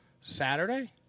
saturday